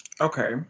Okay